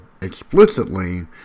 explicitly